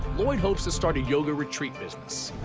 lloyd hopes to start a yoga retreat business.